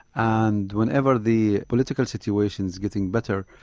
and whenever the political situation is getting better,